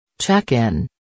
Check-in